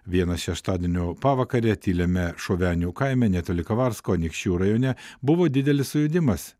vieną šeštadienio pavakarę tyliame šovenių kaime netoli kavarsko anykščių rajone buvo didelis sujudimas